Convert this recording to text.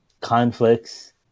conflicts